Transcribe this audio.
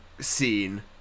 scene